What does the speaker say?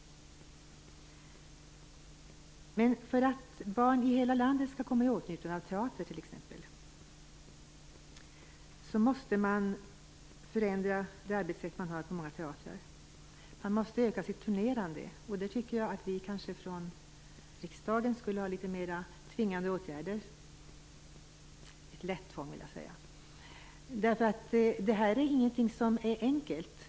Men för att barn i hela landet skall komma i åtnjutande av teater måste man på många teatrar förändra sitt arbetssätt. Man måste öka sitt turnerande, och jag tycker att vi från riksdagen skulle vidta litet mer av tvingande åtgärder - det skall vara ett lätt tvång, vill jag säga. Det här är nämligen inte enkelt.